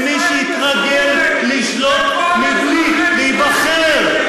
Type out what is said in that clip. ההצעה מסוכנת למי שהתרגל לשלוט בלי להיבחר.